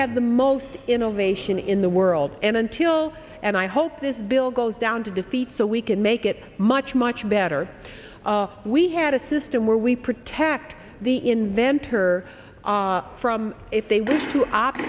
have the most innovation in the world and until and i hope this bill goes down to defeat so we can make it much much better we had a system where we protect the inventor from if they wish to opt